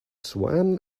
swam